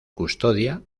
custodia